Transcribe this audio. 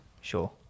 Sure